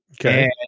Okay